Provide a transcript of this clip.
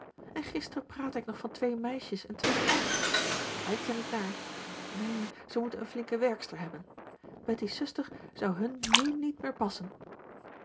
en gisteren praatte ik nog van twee meisjes en twee knechts t lijkt er niet naar neen ze moeten een flinke werkster hebben betty's zuster zou hun nu niet meer passen